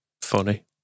funny